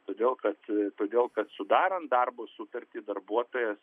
todėl kad todėl kad sudarant darbo sutartį darbuotojas